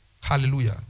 Hallelujah